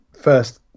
first